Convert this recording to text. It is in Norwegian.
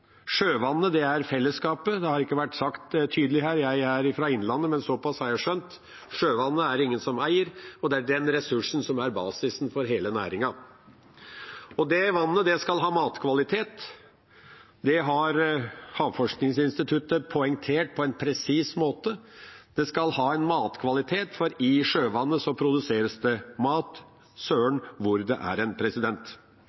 sjøvannet er fellesskapets; det har ikke vært sagt tydelig her. Jeg er fra innlandet, men såpass har jeg skjønt. Sjøvannet er det ingen som eier, og det er den ressursen som er basisen for hele næringen. Det vannet skal ha matkvalitet. Det har Havforskningsinstituttet poengtert på en presis måte. Det skal ha matkvalitet, for i sjøvannet produseres det mat,